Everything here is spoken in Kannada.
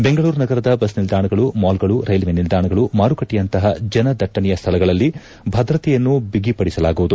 ಬೆಂಗಳೂರು ನಗರದ ಬಸ್ ನಿಲ್ದಾಣಗಳು ಮಾಲ್ಗಳು ರೈಲ್ವೆ ನಿಲ್ದಾಣಗಳು ಮಾರುಕಟ್ಟೆಯಂತಹ ಜನದಟ್ಟಣೆಯ ಸ್ಥಳಗಳಲ್ಲಿ ಭದ್ರತೆಯನ್ನು ಬಗಿಪಡಿಸಲಾಗುವುದು